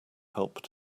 helped